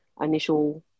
initial